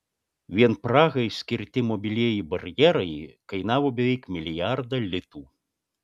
vien prahai skirti mobilieji barjerai kainavo beveik milijardą litų